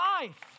life